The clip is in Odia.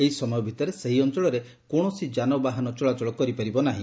ଏହି ସମୟ ଭିତରେ ସେହି ଅଞ୍ଞଳରେ କୌଣସି ଯାନବାହାନ ଚଳାଚଳ କରିପାରିବ ନାହି